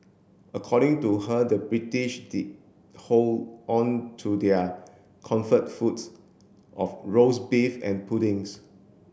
according to her the British did hold on to their comfort foods of roast beef and puddings